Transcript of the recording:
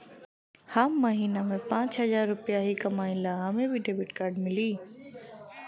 हम महीना में पाँच हजार रुपया ही कमाई ला हमे भी डेबिट कार्ड मिली?